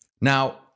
Now